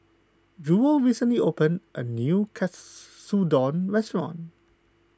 Jewel recently opened a new Katsudon restaurant